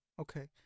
Okay